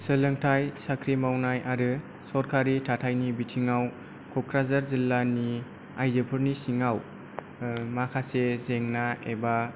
सोलोंथाइ साख्रि मावनाय आरो सरकारि थाथायनि बिथिङाव क'क्राझार जिल्लानि आइजोफोरनि सिङाव माखासे जेंना एबा